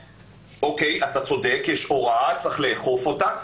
אוקיי, אתה צודק, יש הוראה, צריך לאכוף אותה.